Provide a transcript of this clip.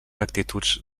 actituds